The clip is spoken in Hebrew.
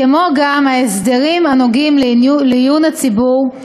כמו גם ההסדרים הנוגעים לעיון הציבור,